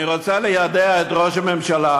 אני רוצה ליידע את ראש הממשלה